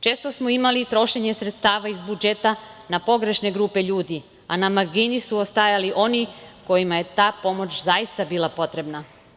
Često smo imali trošenje sredstava iz budžeta na pogrešne grupe ljudi, a na margini su ostajali oni kojima je ta pomoć zaista bila potrebna.